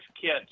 kids